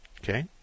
Okay